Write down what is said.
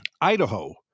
Idaho